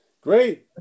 Great